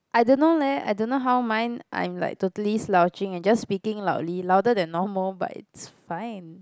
I don't know leh I don't know how mine I'm like totally slouching and just speaking loudly louder than normal but it's fine